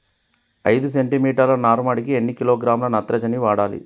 ఐదు సెంటి మీటర్ల నారుమడికి ఎన్ని కిలోగ్రాముల నత్రజని వాడాలి?